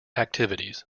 activities